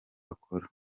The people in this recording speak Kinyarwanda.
akora